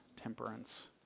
temperance